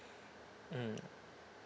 mm